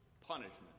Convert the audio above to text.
Punishment